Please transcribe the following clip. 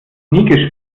nie